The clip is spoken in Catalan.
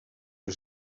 que